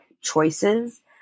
choices